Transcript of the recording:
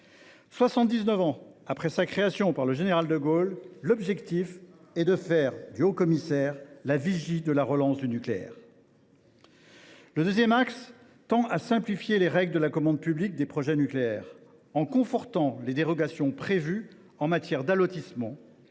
ans après sa création par le général de Gaulle, l’objectif est de faire du HCEA la vigie de la relance du nucléaire. Le deuxième axe tend à simplifier les règles de la commande publique des projets nucléaires, en confortant les dérogations prévues en matière d’allotissement,